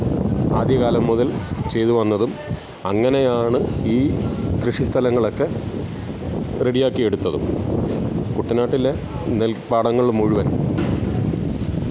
ആദ്യകാലം മുതൽ ചെയ്തുവന്നതും അങ്ങനെയാണ് ഈ കൃഷിസ്ഥലങ്ങളൊക്കെ റെഡിയാക്കിയെടുത്തതും കുട്ടനാട്ടിലെ നെൽപ്പാടങ്ങൾ മുഴുവൻ